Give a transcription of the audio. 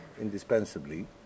indispensably